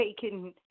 taken